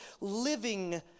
living